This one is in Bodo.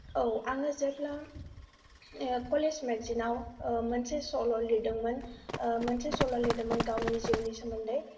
औ आङो जेब्ला कलेज मेगाजिनाव मोनसे सल' लिरदोंमोन मोनसे सल' लिरदोंमोन गावनि जिउनि सोमोन्दै